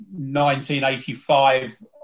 1985